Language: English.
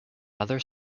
other